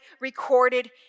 recorded